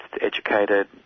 educated